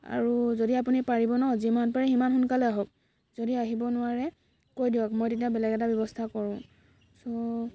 আৰু যদি আপুনি পাৰিব ন যিমান পাৰে সিমান সোনকালে আহক যদি আহিব নোৱাৰে কৈ দিয়ক মই তেতিয়া বেলেগ এটা ব্যৱস্থা কৰোঁ চ'